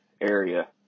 area